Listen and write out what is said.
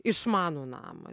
išmanų namą